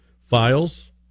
files